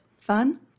fun